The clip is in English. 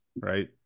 right